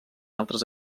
altres